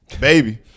baby